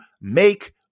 make